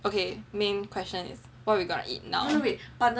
okay main question is what we gonna eat now